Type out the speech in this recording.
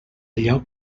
allò